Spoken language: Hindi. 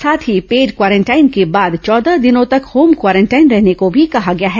साथ ही पेड क्वारेंटाइन के बाद चौदह दिनों तक होम क्वारेंटाइन रहने को भी कहा गया है